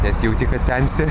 nes jauti kad sensti